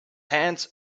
hands